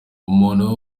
umuntu